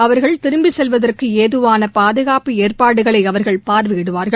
அவர்கள் திரும்பி செல்வதற்கு ஏதுவான பாதுகாப்பு ஏற்பாடுகளை அவர்கள் பார்வையிடுகிறார்கள்